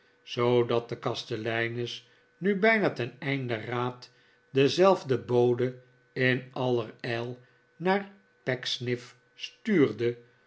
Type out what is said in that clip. zoodat de kasteleines nu bijna ten einde raad denzelfden bode in aller ijl naar pecksniff stuurde